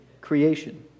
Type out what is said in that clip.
creation